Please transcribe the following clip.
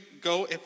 go